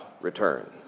return